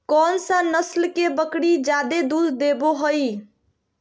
कौन सा नस्ल के बकरी जादे दूध देबो हइ?